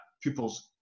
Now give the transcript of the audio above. pupils